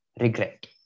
regret